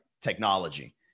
technology